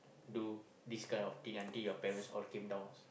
do this kind of thing until your parents all came downs